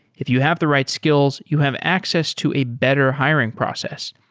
if you have the right skills, you have access to a better hiring process.